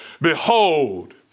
Behold